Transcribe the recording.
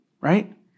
right